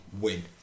win